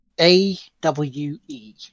A-W-E